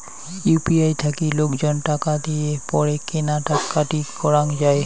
UPI থাকি লোকজনে টাকা দিয়ে পারে কেনা কাটি করাঙ যাই